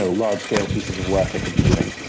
so large-scale pieces of work i could be doing.